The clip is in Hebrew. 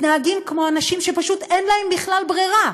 מתנהגים כמו אנשים שאין להם בכלל ברירה,